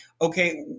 okay